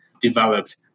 developed